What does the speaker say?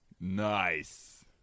Nice